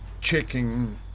checking